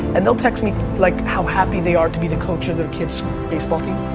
and they'll text me like how happy they are to be the coach of their kid's baseball team.